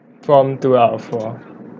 prompt two out of four